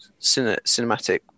cinematic